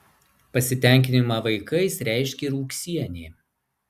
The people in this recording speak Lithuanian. pasitenkinimą vaikais reiškė ir ūksienė